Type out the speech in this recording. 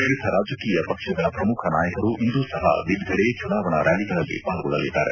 ವಿವಿಧ ರಾಜಕೀಯ ಪಕ್ಷಗಳ ಪ್ರಮುಖ ನಾಯಕರು ಇಂದು ಸಹ ವಿವಿಧೆಡೆ ಚುನಾವಣಾ ರ್್ಯಾಲಿಗಳಲ್ಲಿ ಪಾಲ್ಗೊಳ್ಳಲಿದ್ದಾರೆ